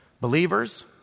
believers